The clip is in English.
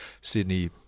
Sydney